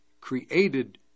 created